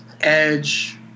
Edge